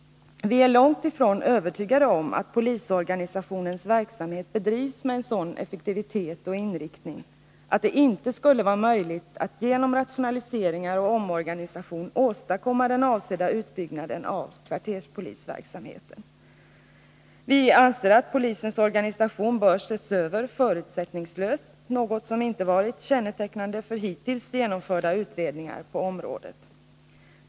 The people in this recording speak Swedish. Vi är långt ifrån övertygade om att polisorganisationens verksamhet bedrivs med sådan effektivitet och inriktning, att det inte skulle vara möjligt att genom rationaliseringar och omorganisation åstadkomma den avsedda utbyggnaden av kvarterspolisverksamheten. Vi anser att polisens organisation bör ses över förutsättningslöst, en inriktning som inte kännetecknat hittills genomförda utredningar på området.